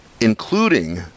including